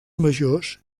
majors